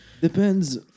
Depends